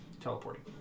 Teleporting